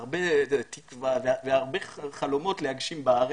עם הרבה תקווה והרבה חלומות להגיע לכאן,